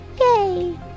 Yay